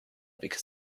because